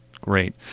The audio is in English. Great